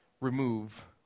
remove